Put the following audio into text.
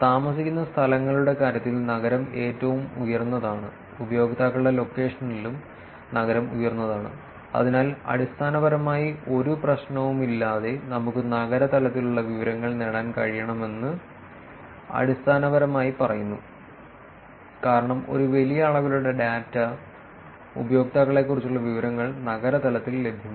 താമസിക്കുന്ന സ്ഥലങ്ങളുടെ കാര്യത്തിൽ നഗരം ഏറ്റവും ഉയർന്നതാണ് ഉപയോക്താക്കളുടെ ലൊക്കേഷനിലും നഗരം ഉയർന്നതാണ് അതിനാൽ അടിസ്ഥാനപരമായി ഒരു പ്രശ്നവുമില്ലാതെ നമുക്ക് നഗര തലത്തിലുള്ള വിവരങ്ങൾ നേടാൻ കഴിയണമെന്ന് അടിസ്ഥാനപരമായി പറയുന്നു കാരണം ഒരു വലിയ അളവിലുള്ള ഡാറ്റ ഉപയോക്താക്കളെക്കുറിച്ചുള്ള വിവരങ്ങൾ നഗര തലത്തിൽ ലഭ്യമാണ്